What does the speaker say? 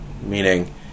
Meaning